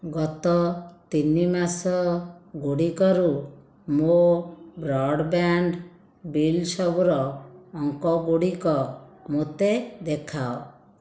ଗତ ତିନି ମାସଗୁଡ଼ିକରୁ ମୋ' ବ୍ରଡ଼୍ବ୍ୟାଣ୍ଡ୍ ବିଲ୍ ସବୁର ଅଙ୍କଗୁଡ଼ିକ ମୋତେ ଦେଖାଅ